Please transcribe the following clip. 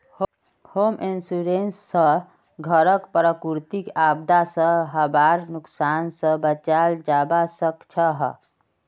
home insurance स घरक प्राकृतिक आपदा स हबार नुकसान स बचाल जबा सक छह